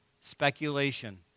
speculation